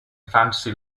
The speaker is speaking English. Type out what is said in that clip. fantasy